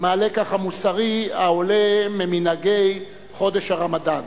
מהלקח המוסרי העולה ממנהגי חודש הרמדאן.